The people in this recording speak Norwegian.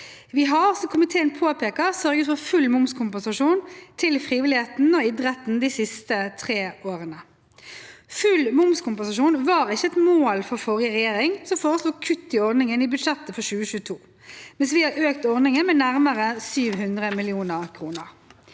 Vi har, som komiteen påpeker, sørget for full momskompensasjon til frivilligheten og idretten de siste tre årene. Full momskompensasjon var ikke et mål for forrige regjering, som foreslo kutt i ordningen i budsjettet for 2022, mens vi har økt ordningen med nærmere 700 mill. kr.